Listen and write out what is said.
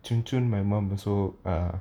cun-cun my mum also ah